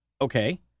Okay